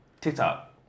TikTok